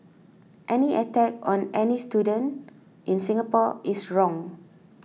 any attack on any student in Singapore is wrong